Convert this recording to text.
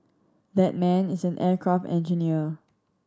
that man is an aircraft engineer